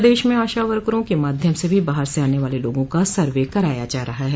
प्रदेश में आशा वर्करों के माध्यम से भी बाहर से आने वाले लोगों का सर्वे कराया जा रहा है